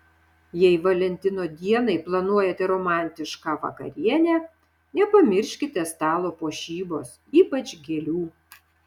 jei valentino dienai planuojate romantišką vakarienę nepamirškite stalo puošybos ypač gėlių